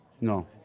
No